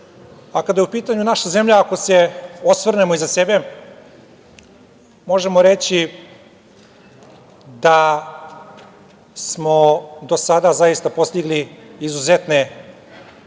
Kada je u pitanju naša zemlja, ako se osvrnemo iza sebe, možemo reći da smo do sada zaista postigli izuzetne rezultate